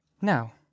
Now